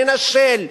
לנשל,